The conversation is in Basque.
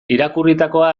irakurritakoa